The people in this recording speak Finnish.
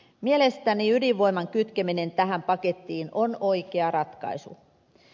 mielestäni ydinvoiman kytkeminen tähän pakettiin on oikea ratkaisu